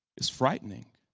it's frightening.